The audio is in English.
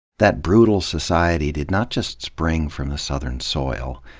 that brutal society did not just spring from the southern soil.